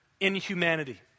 Inhumanity